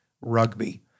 rugby